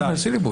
מסילבוס.